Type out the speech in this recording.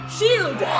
Shield